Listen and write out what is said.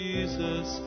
Jesus